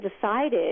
decided